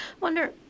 wonder